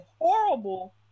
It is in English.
horrible